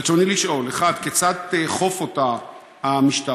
רצוני לשאול: 1. כיצד תאכוף אותה המשטרה?